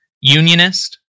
Unionist